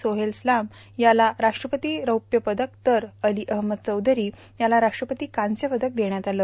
सोहेल स्लाम याला राष्ट्रपती रौप्य पदक तर अली अहमद चौधरी याला राष्ट्रपती कांस्य पदक देण्यात आलं